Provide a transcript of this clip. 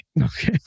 Okay